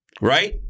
Right